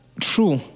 True